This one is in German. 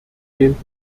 den